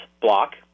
block